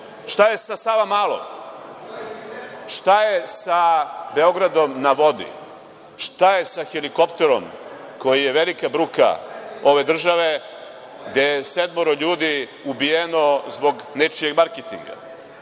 Šta je sa Savamalom? Šta je sa „Beogradom na vodi“? Šta je sa helikopterom, koji je velika bruka ove države, gde je sedmoro ljudi ubijeno zbog nečijeg marketinga.